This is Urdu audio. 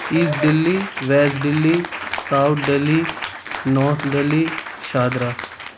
asset Delhi west Delhi south Delhi north Delhi Shahdara